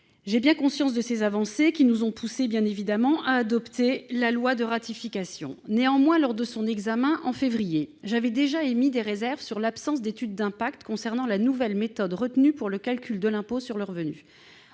J'ai bien conscience de ces avancées. Celles-ci nous ont d'ailleurs poussés à adopter la loi de ratification. Néanmoins, lors de son examen en février, j'avais émis des réserves sur l'absence d'étude d'impact concernant la nouvelle méthode retenue pour le calcul de l'impôt sur le revenu